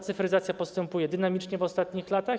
Cyfryzacja postępuje dynamicznie w ostatnich latach.